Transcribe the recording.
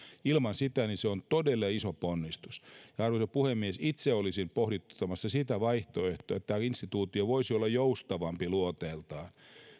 ilman sitä se on todella iso ponnistus arvoisa puhemies itse olisin pohdituttamassa sitä vaihtoehtoa että tämä instituutio voisi olla joustavampi luonteeltaan